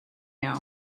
now